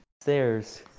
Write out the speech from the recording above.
stairs